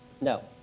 No